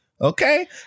Okay